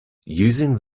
using